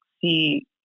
see